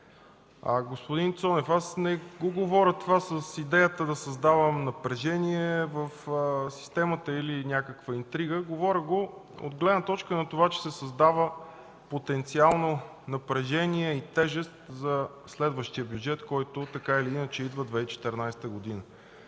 Господин Цонев, аз не го говоря това с идеята да създавам напрежение в системата или някаква интрига. Говоря го от гледна точка на това, че се създава потенциално напрежение и тежест за следващия бюджет, който, така или иначе, идва 2014 г.